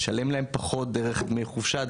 לשלם להם פחות דרך דמי חופשה,